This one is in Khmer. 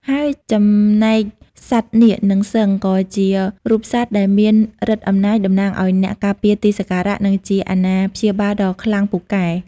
ហើយចំណេកសត្វនាគនិងសិង្ហ ក៏ជារូបសត្វដែលមានឫទ្ធិអំណាច តំណាងឱ្យអ្នកការពារទីសក្ការៈ និងជាអាណាព្យាបាលដ៏ខ្លាំងពូកែ។